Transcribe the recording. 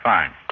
Fine